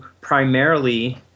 primarily